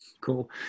cool